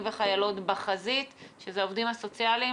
וחיילות בחזית שזה העובדים הסוציאליים